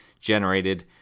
generated